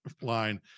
line